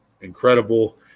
incredible